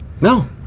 No